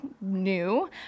new